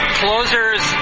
closers